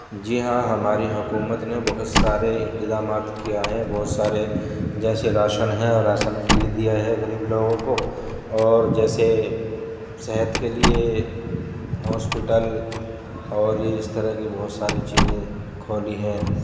جی ہاں ہماری حکومت نے بہت سارے انتظامات کیا ہے بہت سارے جیسے راشن ہے اور راشن فری دیا ہے غریب لوگوں کو اور جیسے صحت کے لیے ہاسپٹل اور یہ اس طرح کی بہت ساری چیزیں کھولی ہیں